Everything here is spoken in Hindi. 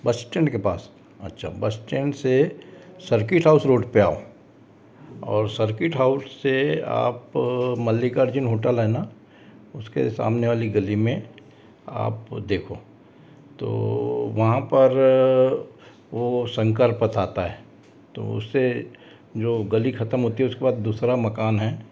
बस स्टैंड के पास अच्छा बस स्टैंड से सर्किट हाउस रोड पे आओ और सर्किट हाउस से आप मलिका अर्जुन होटल है न उसके सामने वाली गली में आप देखो तो वहाँ पर वो शंकर पथ आता है तो उससे जो गली खत्म होती है उसके बाद दूसरा मकान है